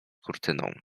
kurtyną